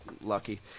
lucky